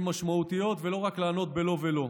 משמעותיות, ולא רק לענות בלא ולא: